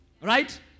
Right